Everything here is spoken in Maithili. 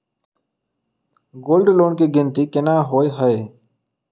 गोल्ड लोन केँ गिनती केना होइ हय?